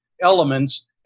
elements